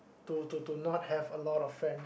to to to not have a lot of friend